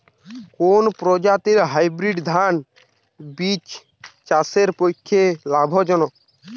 কোন প্রজাতীর হাইব্রিড ধান বীজ চাষের পক্ষে লাভজনক?